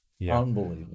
Unbelievable